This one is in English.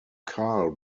karl